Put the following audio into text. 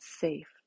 safe